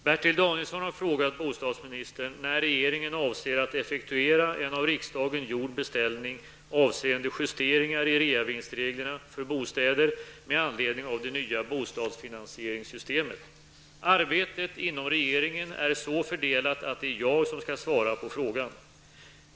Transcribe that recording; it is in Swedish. Herr talman! Bertil Danielsson har frågat bostadsministern när regeringen avser att effektuera en av riksdagen gjord beställning avseende justeringar i reavinstreglerna för bostäder med anledning av det nya bostadsfinansieringssystemet. Arbetet inom regeringen är så fördelat att det är jag som skall svara på frågan.